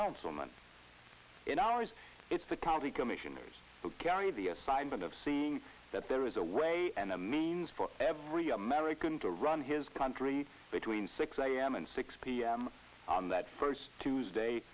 councilman in ours it's the county commissioners who carried the assignment of seeing that there is a way and a means for every american to run his country between six a m and six p m on that first tuesday